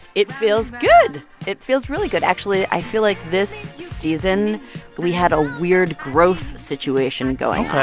it feels good. it feels really good. actually i feel like this season we had a weird growth situation going